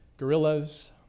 gorillas